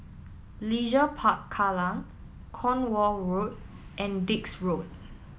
Leisure Park Kallang Cornwall Road and Dix Road